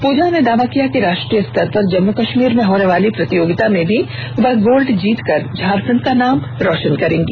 पूजा ने दावा किया है कि राष्ट्रीय स्तर पर जम्मू कश्मीर में होने वाली प्रतियोगिता में भी वह गोल्ड जीतकर झारखंड का नाम रोशन करेगी